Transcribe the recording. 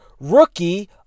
rookie